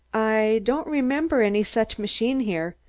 i don't remember any such machine here.